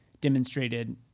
demonstrated